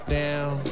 down